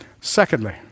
Secondly